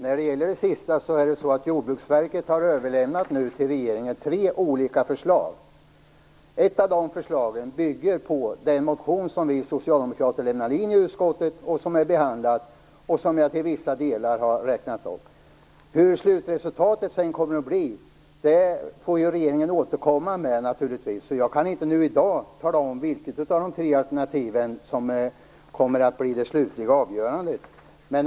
Fru talman! Jordbruksverket har överlämnat tre olika förslag till regeringen. Ett av de förslagen bygger på den motion som vi socialdemokrater lämnade in och som är behandlad i utskottet. Jag har till vissa delar räknat upp vad som föreslås i den. Slutresultatet får regeringen återkomma med. Jag kan inte nu i dag tala om vilket av de tre alternativen som kommer att bli det slutliga och avgörande.